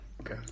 Okay